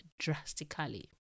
drastically